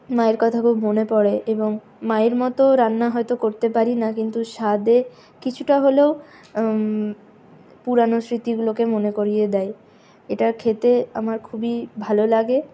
মায়ের কথা খুব মনে পড়ে এবং মায়ের মতো রান্না হয়তো করতে পারি না কিন্তু স্বাদে কিছুটা হলেও পুরানো স্মৃতিগুলোকে মনে করিয়ে দেয় এটা খেতে আমার খুবই ভালো লাগে